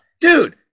dude